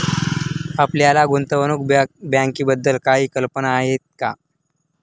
आपल्याला गुंतवणूक बँकिंगबद्दल काही कल्पना आहे का?